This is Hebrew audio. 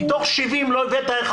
מתוך 70 לא הבאת אחד.